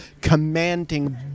commanding